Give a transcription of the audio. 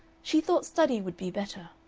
she thought study would be better.